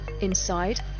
Inside